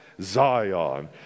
Zion